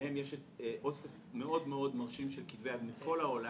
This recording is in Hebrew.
להם יש אוסף מאוד מאוד מרשים של כתבי יד מכל העולם